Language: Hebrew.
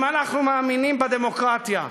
אם אנחנו מאמינים בדמוקרטיה,